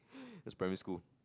that's primary school